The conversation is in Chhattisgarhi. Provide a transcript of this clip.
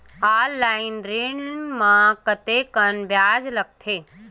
ऑनलाइन ऋण म कतेकन ब्याज लगथे?